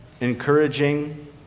encouraging